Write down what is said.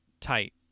tight